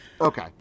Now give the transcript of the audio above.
Okay